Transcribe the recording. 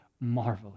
marvelous